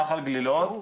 נחל גלילות.